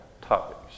topics